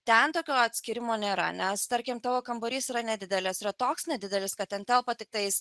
ten tokio atskyrimo nėra nes tarkim tavo kambarys yra nedidelės yra toks nedidelis kad ten telpa tiktais